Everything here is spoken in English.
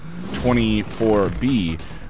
24B